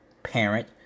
Parent